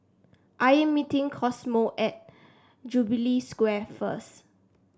I am meeting Cosmo at Jubilee Square first